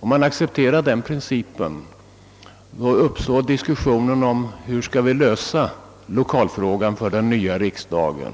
Om man accepterar den principen, så kan diskussion ändå uppstå kring problemet hur lokalfrågan för den nya riksdagen